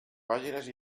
pàgines